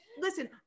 listen